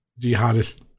jihadist